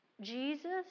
Jesus